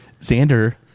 Xander